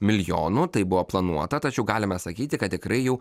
milijonų tai buvo planuota tačiau galima sakyti kad tikrai jau